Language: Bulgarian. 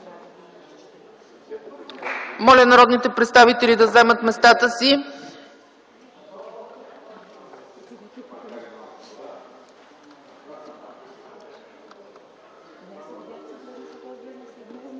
Моля народните представители да заемат местата си.